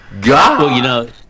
God